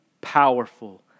powerful